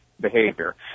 behavior